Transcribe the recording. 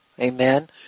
Amen